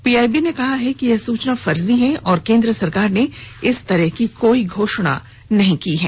PIB ने कहा है कि यह सुचना फर्जी है और केंद्र सरकार ने इस तरह की कोई घोषणा नहीं की है